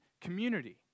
community